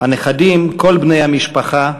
הנכדים, כל בני המשפחה,